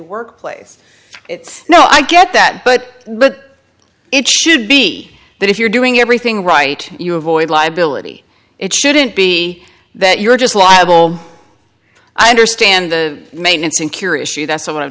workplace it's no i get that but it should be that if you're doing everything right you avoid liability it shouldn't be that you're just liable i understand the maintenance and cure issue that's what i'm